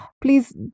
Please